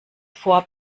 vor